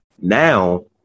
Now